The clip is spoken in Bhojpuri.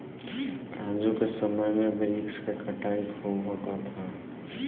आजू के समय में वृक्ष के कटाई खूब होखत हअ